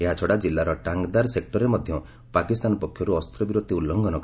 ଏହାଛଡ଼ା କିଲ୍ଲାର ଟାଙ୍ଗ୍ଦାର ସେକ୍ଟରରେ ମଧ୍ୟ ପାକିସ୍ତାନ ପକ୍ଷରୁ ଅସ୍ତ୍ରବିରତି ଉଲ୍ଲ୍ଲଂଘନ କରାଯାଇଛି